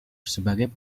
sebagai